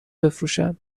بفروشن